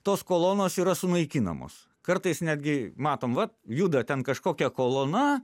tos kolonos yra sunaikinamos kartais netgi matom va juda ten kažkokia kolona